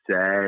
sad